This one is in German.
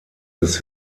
des